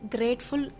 Grateful